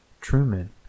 Truman